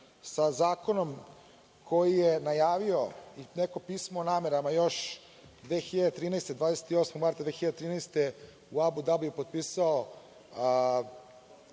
sa zakonom koji je najavio neko pismo o namerama još 28. marta 2013. godine u Abu Dabiju potpisao